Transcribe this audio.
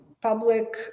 public